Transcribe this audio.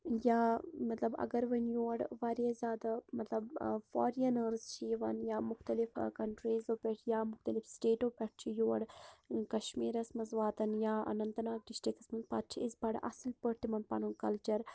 یا مَطلَب اگر ونۍ یور واریاہ زیادٕ مَطلَب فارِنرس چھ یوان یا مُختلِف کَنٹریٖزو پیٚٹھ یا مُختلِف سٹیٹو پیٚٹھ چھ یوان یور کشمیٖرس مَنٛز واتان یا اننت ناگ ڈِسٹرکَس مَنٛز تہ پَتہٕ چھِ أسۍ بَڑٕ اصل پٲٹھۍ تمن پَنُن کلچر